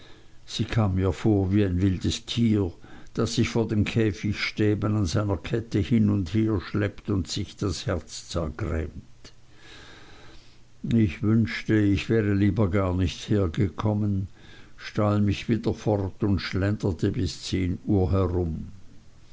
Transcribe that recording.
sie kam mir vor wie ein wildes tier das sich vor den käfigstäben an seiner kette hin und her schleppt und sich das herz zergrämt ich wünschte ich wäre lieber gar nicht hergekommen stahl mich wieder fort und schlenderte bis zehn uhr herum